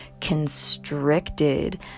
constricted